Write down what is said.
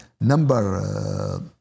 number